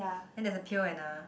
and then there's a pail and a